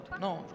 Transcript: non